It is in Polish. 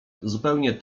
zupełnie